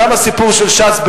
גם הסיפור של ש"ס,